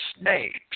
snakes